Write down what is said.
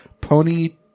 Pony